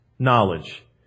knowledge